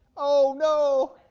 oh no.